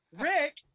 Rick